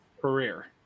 career